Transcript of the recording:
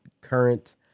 current